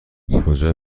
کجا